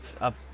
up